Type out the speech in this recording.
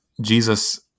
Jesus